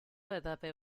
edabe